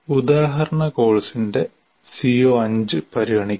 ഉദാഹരണ കോഴ്സിന്റെ CO5 പരിഗണിക്കുക